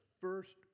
first